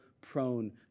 prone